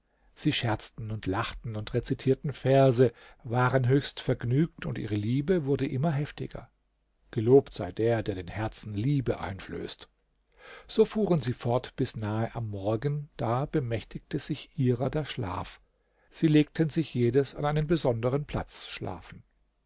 sie scherzten und lachten und rezitierten verse waren höchst vergnügt und ihre liebe wurde immer heftiger gelobt sei der der den herzen liebe einflößt so fuhren sie fort bis nahe am morgen da bemächtigte sich ihrer der schlaf sie legten sich jedes an einen besonderen platz schlafen